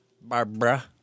Barbara